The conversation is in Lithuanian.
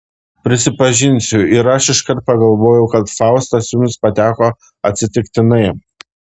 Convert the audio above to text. prisipažinsiu ir aš iškart pagalvojau kad faustas jums pateko atsitiktinai